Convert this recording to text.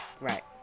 Right